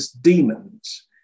demons